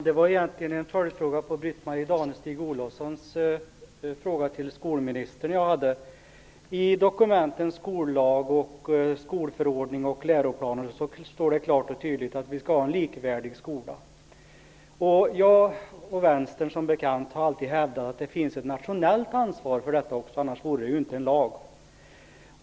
Herr talman! Jag hade egentligen en följdfråga till I dokumenten skollag, skolförordning och läroplan står det klart och tydligt att vi skall ha en likvärdig skola. Jag och Vänstern har, som bekant, alltid hävdat att det också finns ett nationellt ansvar för detta - annars vore det inte en lag.